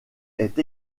est